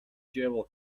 jewel